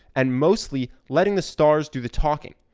and mostly letting the stars do the talking.